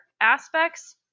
aspects